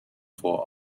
fore